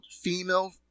female